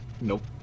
Nope